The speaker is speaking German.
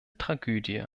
tragödie